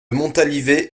montalivet